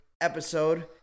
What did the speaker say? episode